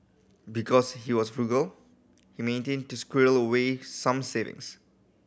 because he was frugal he to squirrel away some savings